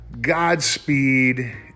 Godspeed